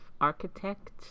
architect